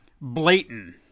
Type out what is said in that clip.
blatant